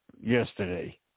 yesterday